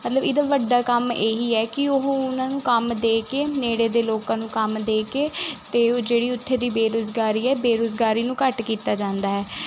ਮਤਲਬ ਇਹਦਾ ਵੱਡਾ ਕੰਮ ਇਹੀ ਹੈ ਕਿ ਉਹ ਉਹਨਾਂ ਨੂੰ ਕੰਮ ਦੇ ਕੇ ਨੇੜੇ ਦੇ ਲੋਕਾਂ ਨੂੰ ਕੰਮ ਦੇ ਕੇ ਅਤੇ ਉਹ ਜਿਹੜੀ ਉੱਥੇ ਦੀ ਬੇਰੁਜ਼ਗਾਰੀ ਹੈ ਬੇਰੁਜ਼ਗਾਰੀ ਨੂੰ ਘੱਟ ਕੀਤਾ ਜਾਂਦਾ ਹੈ